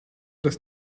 dass